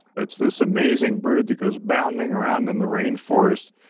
it's this amazing bird that goes bounding around in the rainforest.